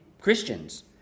Christians